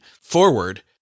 forward